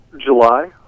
July